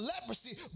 leprosy